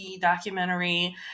documentary